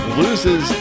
loses